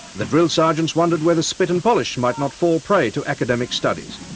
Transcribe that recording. the drill sergeants wondered whether spit and polish might not fall prey to academic studies.